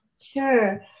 Sure